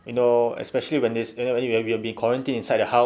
you know especially when it's you know you you've been quarantined inside the house